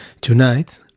tonight